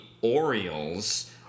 Orioles